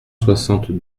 soixante